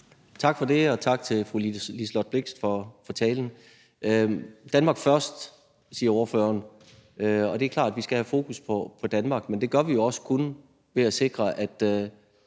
Tak for det, og tak til fru Liselott Blixt for talen. Danmark først, siger ordføreren. Det er klart, at vi skal have fokus på Danmark, men det har vi jo også kun ved at sikre, at